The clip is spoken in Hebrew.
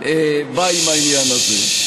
בא עם העניין הזה.